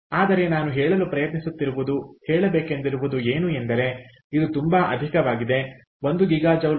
ಆದರೆ ನಾನು ಹೇಳಲು ಪ್ರಯತ್ನಿಸುತ್ತಿರುವುದು ಹೇಳಬೇಕೆಂದಿರುವುದು ಏನು ಎಂದರೆ ಇದು ತುಂಬಾ ಅಧಿಕವಾಗಿದೆ 1ಗಿಗಾಜೌಲ್ವಾಸ್ತವವಾಗಿ 11 MWH ಗಿಂತ ಕಡಿಮೆಯಿದೆ